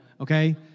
Okay